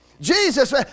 Jesus